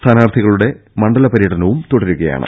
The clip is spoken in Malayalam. സ്ഥാനാർഥികളുടെ മണ്ഡല പര്യടനവും തുടരുകയാണ്